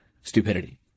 stupidity